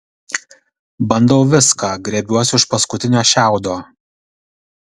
bandau viską grėbiuosi už paskutinio šiaudo